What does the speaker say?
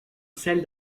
celle